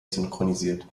synchronisiert